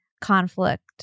conflict